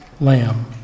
lamb